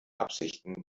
absichten